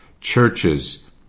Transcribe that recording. churches